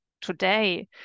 today